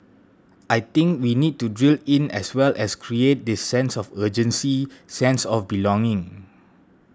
I think we need to drill in as well as create this sense of urgency sense of belonging